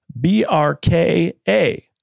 BRKA